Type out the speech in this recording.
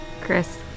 Chris